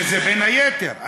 וזה בין היתר.